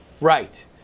Right